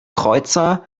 kreuzer